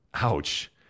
Ouch